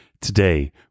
Today